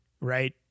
right